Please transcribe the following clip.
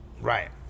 Right